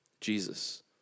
Jesus